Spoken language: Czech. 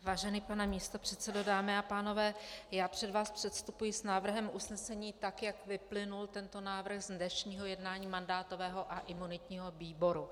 Vážený pane místopředsedo, dámy a pánové, já před vás předstupuji s návrhem usnesení, tak jak vyplynul tento návrh z dnešního jednání mandátového a imunitního výboru.